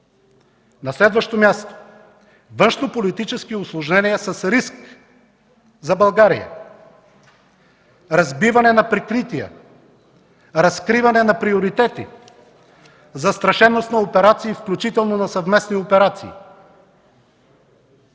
процеси. Пето, външнополитически усложнения с риск за България, разбиване на прикрития, разкриване на приоритети, застрашеност на операции, включително и на съвместни операции,